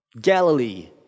Galilee